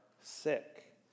sick